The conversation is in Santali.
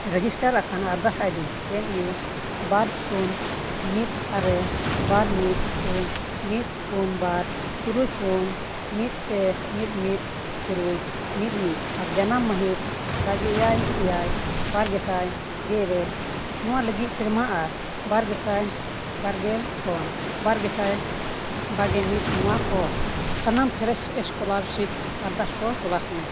ᱨᱮᱡᱤᱥᱴᱟᱨ ᱟᱠᱟᱱ ᱟᱨᱫᱟᱥ ᱟᱭᱰᱤ ᱮᱢ ᱤᱭᱩ ᱵᱟᱨ ᱥᱩᱱ ᱢᱤᱫ ᱟᱨᱮ ᱵᱟᱨ ᱢᱤᱫ ᱥᱩᱱ ᱢᱤᱫ ᱯᱩᱱ ᱵᱟᱨ ᱛᱩᱨᱩᱭ ᱯᱩᱱ ᱢᱤᱫ ᱯᱮ ᱢᱤᱫ ᱢᱤᱫ ᱛᱩᱨᱩᱭ ᱢᱤᱫ ᱢᱤᱫ ᱟᱨ ᱡᱟᱱᱟᱢ ᱢᱟᱹᱦᱤᱛ ᱵᱟᱜᱮ ᱮᱭᱟᱭ ᱮᱭᱟᱭ ᱵᱟᱨ ᱜᱮᱥᱟᱭ ᱜᱮ ᱤᱨᱟᱹᱞ ᱱᱚᱣᱟ ᱞᱟᱹᱜᱤᱫ ᱥᱮᱨᱢᱟ ᱟᱨ ᱵᱟᱨ ᱜᱮᱥᱟᱭ ᱵᱟᱨᱜᱮᱞ ᱠᱷᱚᱱ ᱵᱟᱨ ᱜᱮᱥᱟᱭ ᱵᱟᱜᱮᱢᱤᱫ ᱱᱚᱣᱟ ᱠᱚ ᱥᱟᱱᱟᱢ ᱯᱷᱨᱮᱥ ᱥᱠᱚᱞᱟᱨᱥᱤᱯ ᱟᱨᱫᱟᱥᱠᱚ ᱛᱚᱞᱟᱥᱢᱮ